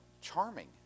charming